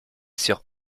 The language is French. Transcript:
sur